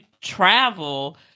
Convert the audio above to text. travel